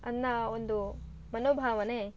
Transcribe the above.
ಅನ್ನೋ ಒಂದು ಮನೋಭಾವನೆ